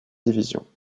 division